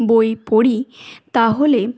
বই পড়ি তাহলে